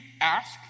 ask